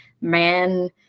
man